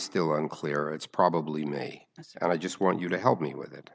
still unclear it's probably me and i just want you to help me with it